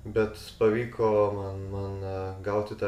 bet pavyko man man gauti tą